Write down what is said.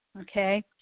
Okay